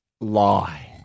lie